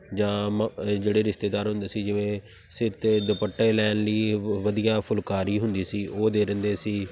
ਜਾਂ ਮ ਅ ਜਿਹੜੇ ਰਿਸ਼ਤੇਦਾਰ ਹੁੰਦੇ ਸੀ ਜਿਵੇਂ ਸਿਰ 'ਤੇ ਦੁਪੱਟੇ ਲੈਣ ਲਈ ਵ ਵਧੀਆ ਫੁਲਕਾਰੀ ਹੁੰਦੀ ਸੀ ਉਹ ਦੇ ਦਿੰਦੇ ਸੀ